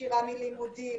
נשירה מלימודים,